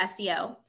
SEO